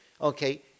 okay